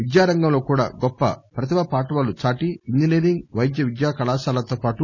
విద్యారంగంలో కూడా గొప్ప ప్రతిభా పాటవాలు చాటి ఇంజినీరింగ్ వైద్య విద్యా కళాశాలతో పాటు